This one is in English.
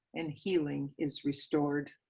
and healing is restored.